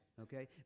Okay